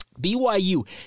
BYU